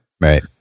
Right